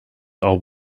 are